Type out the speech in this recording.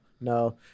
No